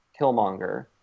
Killmonger